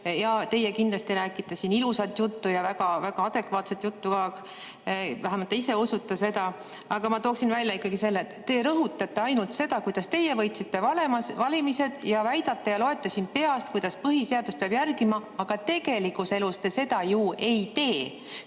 Ja teie kindlasti räägite siin ilusat juttu ja väga adekvaatset juttu, vähemalt te ise usute seda. Aga ma tooksin välja ikkagi selle, et te rõhutate ainult seda, kuidas teie võitsite valimised, ja väidate ja loete siin peast, kuidas põhiseadust peab järgima, aga tegelikus elus te seda ju ei tee.